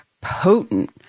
potent